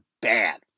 bad